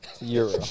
Euro